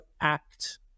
act